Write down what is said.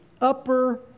upper